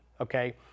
Okay